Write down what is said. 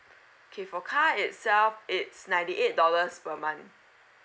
okay for car itself it's ninety eight dollars per month